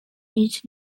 each